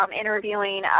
interviewing